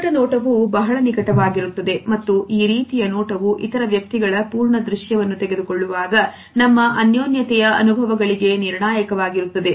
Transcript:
ನಿಕಟ ನೋಟವೂ ಬಹಳ ನಿಕಟ ವಾಗಿರುತ್ತದೆ ಮತ್ತು ಈ ರೀತಿಯ ನೋಟವು ಇತರ ವ್ಯಕ್ತಿಗಳ ಪೂರ್ಣ ದೃಶ್ಯವನ್ನು ತೆಗೆದುಕೊಳ್ಳುವಾಗ ನಮ್ಮ ಅನ್ಯೋನ್ಯತೆಯ ಅನುಭವಗಳಿಗೆ ನಿರ್ಣಾಯಕವಾಗಿರುತ್ತದೆ